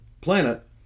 planet